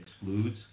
excludes